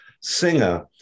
singer